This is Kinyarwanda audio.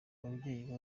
ababyeyi